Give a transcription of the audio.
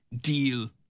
deal